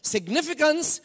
Significance